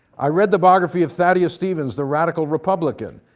i read the biography of thaddeus stevens, the radical republican.